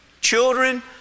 Children